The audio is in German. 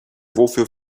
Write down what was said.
wofür